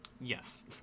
Yes